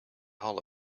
hall